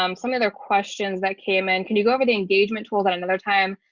um some other questions that came in, can you go over the engagement tool that another time?